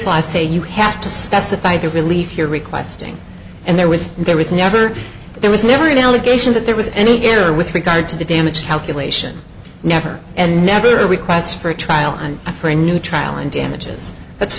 i say you have to specify the relief you're requesting and there was there was never there was never an allegation that there was any gear with regard to the damage calculation never and never a request for a trial on a for a new trial and damages that's